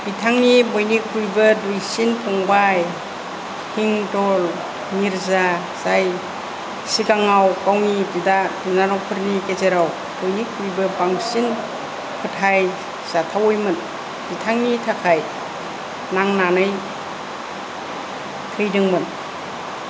बिथांनि बयनिख्रुयबो दुइसिन फंबाय हिंडल मिर्जा जाय सिगाङाव गावनि बिदा बिनानावफोरनि गेजेराव बयनिख्रुयबो बांसिन फोथाय जाथावैमोन बिथांनि थाखाय नांनानै थैदोंमोन